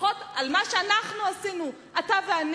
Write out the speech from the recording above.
לפחות על מה שאנחנו עשינו, אתה ואני,